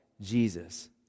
Jesus